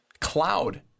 cloud